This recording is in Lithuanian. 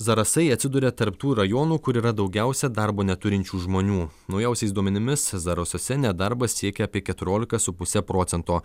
zarasai atsiduria tarp tų rajonų kur yra daugiausia darbo neturinčių žmonių naujausiais duomenimis zarasuose nedarbas siekia apie keturiolika su puse procento